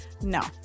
No